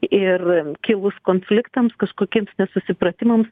ir kilus konfliktams kažkokiems nesusipratimams